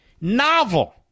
Novel